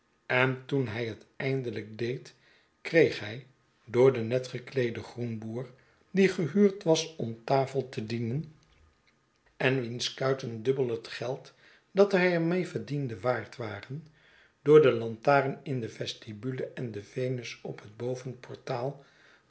en toen hij het eindelijk deed kreeg hij door den net gekleeden groenboer die gehuurd was om tafel te dienen en wiens kuiten dubbel het geld dat hij er mee verdiende waard waren door de lantaarn in de vestibule en de venus op het